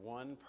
one